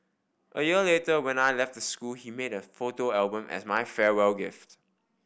a year later when I left the school he made a photo album as my farewell gift